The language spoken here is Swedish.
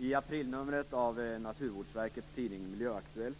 I aprilnumret av Naturvårdsverkets tidning Miljöaktuellt,